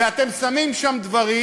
ואתם שמים שם דברים,